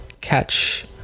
Catch